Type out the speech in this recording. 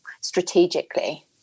strategically